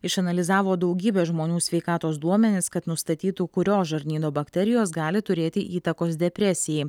išanalizavo daugybės žmonių sveikatos duomenis kad nustatytų kurios žarnyno bakterijos gali turėti įtakos depresijai